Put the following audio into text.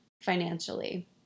financially